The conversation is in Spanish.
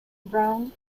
brown